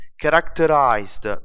Characterized